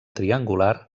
triangular